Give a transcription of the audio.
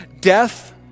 death